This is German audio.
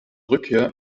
rückkehr